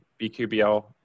BQBL